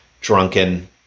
drunken